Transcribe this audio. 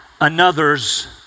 another's